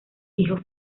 hijos